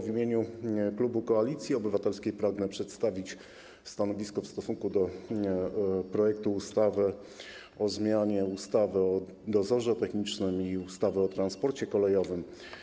W imieniu klubu Koalicja Obywatelska pragnę przedstawić stanowisko wobec projektu ustawy o zmianie ustawy o dozorze technicznym i ustawy o transporcie kolejowym.